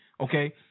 okay